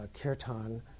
kirtan